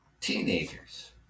Teenagers